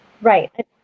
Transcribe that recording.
right